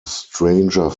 stranger